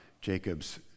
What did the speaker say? Jacob's